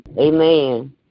amen